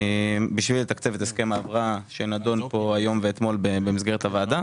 בשביל לתקצב את הסכם ההבראה שנדון פה אתמול והיום במסגרת הוועדה.